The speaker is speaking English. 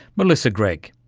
melissa gregg.